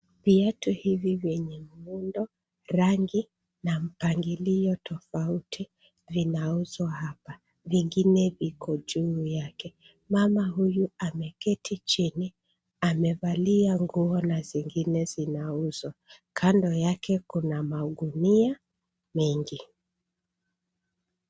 Viatu hivi vyenye muundo, rangi na mpangilio tofauti vinauzwa hapa. Vingine viko juu yake, mama huyu ameketi chini amevalia nguo na zingine zinauzwa, kando yake kuna magunia mengi.